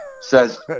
says